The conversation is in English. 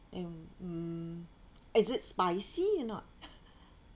and mm is it spicy or not